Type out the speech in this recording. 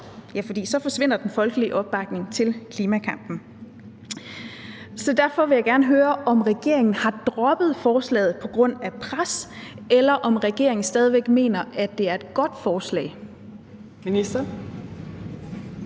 – for så forsvinder den folkelige opbakning til klimakampen. Så derfor vil jeg gerne høre, om regeringen har droppet forslaget på grund af pres, eller om regeringen stadig væk mener, at det er et godt forslag. Kl.